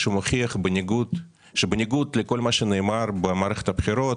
שמוכיח שבניגוד לכל מה שנאמר במערכת הבחירות